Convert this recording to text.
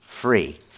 free